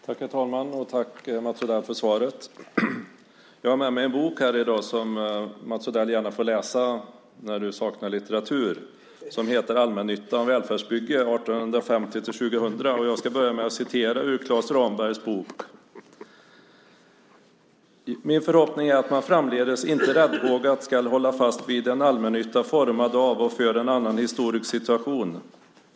Herr talman! Tack, Mats Odell, för svaret. Jag har med mig en bok här i dag som du, Mats Odell, gärna får läsa när du saknar litteratur. Den heter Allmännyttan: välfärdsbygge 1850-2000 . Jag ska börja med att citera ur Klas Rambergs bok. "Min förhoppning är att man framledes inte räddhågat skall hålla fast vid en allmännytta formad av och för en annan historisk situation.